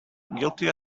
guilty